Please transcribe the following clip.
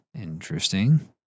Interesting